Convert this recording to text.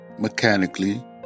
mechanically